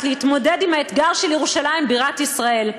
להתמודד עם האתגר של ירושלים בירת ישראל,